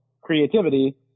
creativity